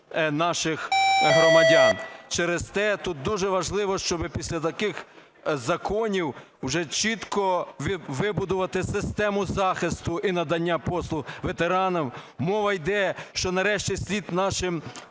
наших громадян. Через те тут дуже важливо, щоби після таких законів уже чітко вибудувати систему захисту і надання послуг ветеранам. Мова йде, що нарешті слід нашим